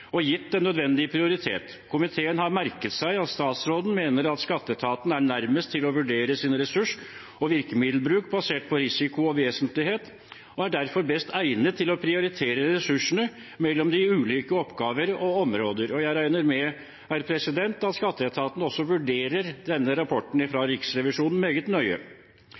og gitt den nødvendige prioritet. Komiteen har merket seg at statsråden mener at skatteetaten er nærmest til å vurdere sin ressurs- og virkemiddelbruk basert på risiko og vesentlighet, og derfor er best egnet til å prioritere ressursene mellom de ulike oppgaver og områder. Jeg regner med at skatteetaten også vurderer denne rapporten fra Riksrevisjonen meget nøye.